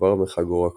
כבר מחגורה כחולה.